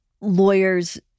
lawyers